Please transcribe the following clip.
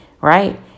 right